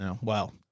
Wow